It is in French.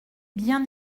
bien